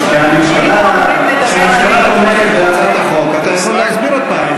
כשהממשלה תומכת בהצעת החוק, אתה יכול להסביר אותה.